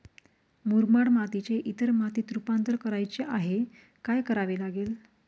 मुरमाड मातीचे इतर मातीत रुपांतर करायचे आहे, काय करावे लागेल?